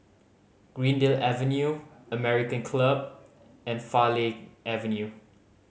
Greendale Avenue American Club and Farleigh Avenue